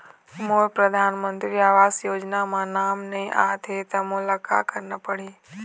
मोर परधानमंतरी आवास योजना म नाम नई आत हे त मोला का करना पड़ही?